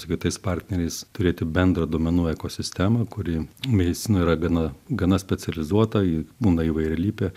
su kitais partneriais turėti bendrą duomenų ekosistemą kuri medicina yra gana gana specializuota ji būna įvairialypė